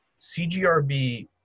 CGRB